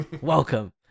Welcome